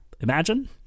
Imagine